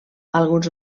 alguns